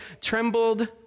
trembled